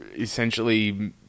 essentially